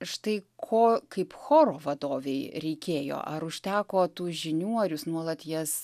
štai ko kaip choro vadovei reikėjo ar užteko tų žinių ar jūs nuolat jas